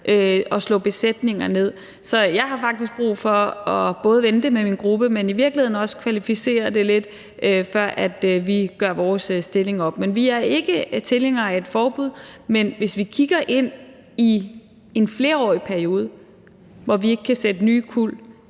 og slå besætninger ned? Så jeg har faktisk brug for både at vende det med min gruppe, men i virkeligheden også kvalificere det lidt, før vi gør vores stilling op. Vi er ikke tilhængere af et forbud. Men hvis vi kigger ind i en flerårig periode, hvor der ikke kan sættes nye kuld